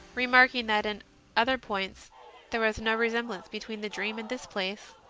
re marking that in other points there was no resem blance between the dream and this place.